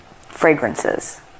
fragrances